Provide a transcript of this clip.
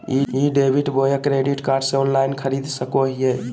ई debit बोया credit card से online खरीद सको हिए?